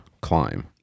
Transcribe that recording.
climb